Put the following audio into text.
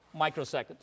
microseconds